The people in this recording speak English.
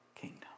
kingdom